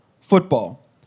football